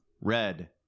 Red